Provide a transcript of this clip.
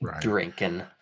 drinking